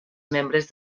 membres